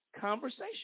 conversation